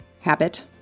habit